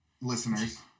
listeners